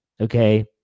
okay